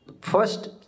first